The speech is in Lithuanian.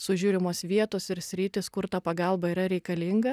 sužiūrimos vietos ir sritys kur ta pagalba yra reikalinga